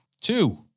Two